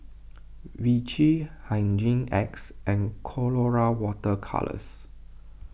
Vichy Hygin X and Colora Water Colours